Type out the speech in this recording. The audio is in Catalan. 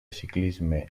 ciclisme